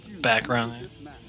background